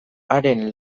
haren